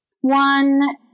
one